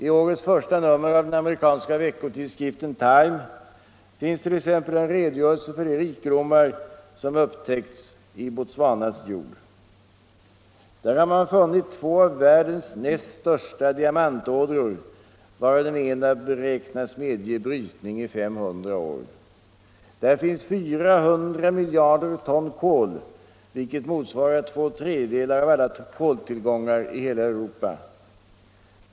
I årets första nummer av den amerikanska veckotidskriften Time finns t.ex. en redogörelse för de rikedomar som upptäckts i Botswanas jord. Där har man funnit två av världens största diamantådror, varav den ena beräknas medge brytning i 500 år. Där finns 400 miljarder ton kol, vilket motsvarar två tredjedelar av alla koltillgångar i hela Europa.